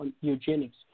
eugenics